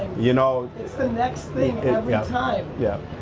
you know. it's the next thing, every time. yep,